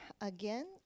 again